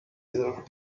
other